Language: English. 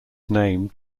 named